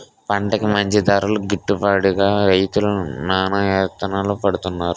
పంటకి మంచి ధరలు గిట్టుబడక రైతులు నానాయాతనలు పడుతున్నారు